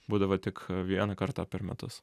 būdavo tik vieną kartą per metus